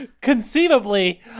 conceivably